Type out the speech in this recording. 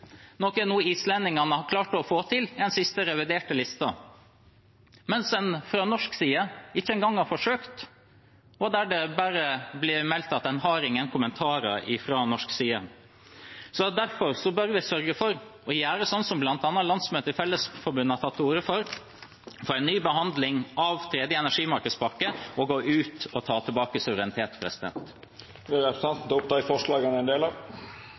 islendingene har klart å få til i den siste reviderte listen, mens en fra norsk side ikke engang har forsøkt. Det blir bare meldt at en har ingen kommentarer fra norsk side. Derfor bør vi sørge for å gjøre som bl.a. landsmøtet i Fellesforbundet har tatt til orde for: å få en ny behandling av tredje energimarkedspakke og gå ut og ta tilbake suvereniteten. Skal representanten ta opp dei forslaga Senterpartiet er ein del av?